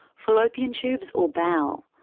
fallopian tubes or bowel.